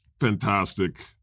fantastic